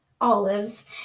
olives